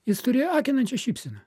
jis turėjo akinančią šypseną